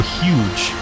huge